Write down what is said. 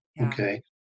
Okay